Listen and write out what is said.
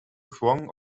throng